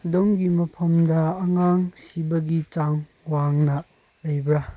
ꯑꯗꯣꯝꯒꯤ ꯃꯐꯝꯗ ꯑꯉꯥꯡ ꯁꯤꯕꯒꯤ ꯆꯥꯡ ꯋꯥꯡꯅ ꯂꯩꯕ꯭ꯔꯥ